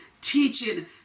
teaching